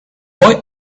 boy